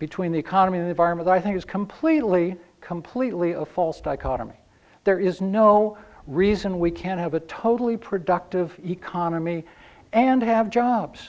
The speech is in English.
between the economy and environment i think is completely completely a false dichotomy there is no reason we can't have a totally productive economy and have jobs